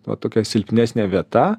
va tokia silpnesnė vieta